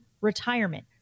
retirement